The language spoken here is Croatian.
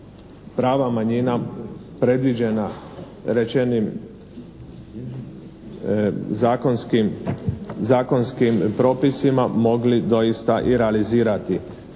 prava manjina predviđena rečenim zakonskim propisima mogli doista i realizirati.